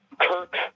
Kirk